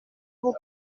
vous